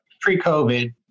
Pre-COVID